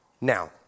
Now